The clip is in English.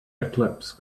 eclipse